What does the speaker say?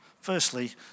firstly